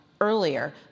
earlier